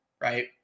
Right